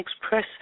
express